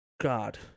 God